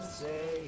say